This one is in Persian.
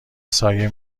سایه